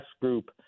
Group